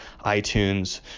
itunes